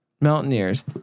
Mountaineers